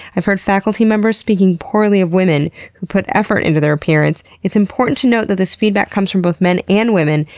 i've heard faculty members speaking poorly of women who put effort in their appearance. it's important to note that this feedback comes from both men and women,